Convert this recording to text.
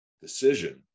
decision